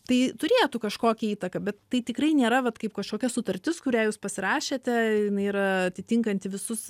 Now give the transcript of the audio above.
tai turėtų kažkokią įtaką bet tai tikrai nėra vat kaip kažkokia sutartis kurią jūs pasirašėte jinai yra atitinkanti visus